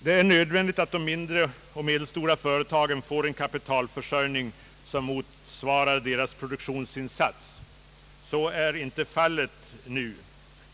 Det är nödvändigt att de mindre och medelstora företagen får en kapitalförsörjning som motsvarar deras produktionsinsais. Så är inte fallet just nu.